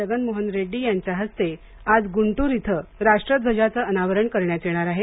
जगन मोहन रेड्डी यांच्या हस्ते आज गुंटूर इथं राष्ट्रध्वजाचं अनावारण करण्यात येणार आहे